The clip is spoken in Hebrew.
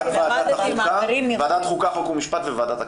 רק ועדת חוקה, חוק ומשפט וועדת הכנסת.